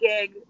gig